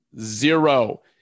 zero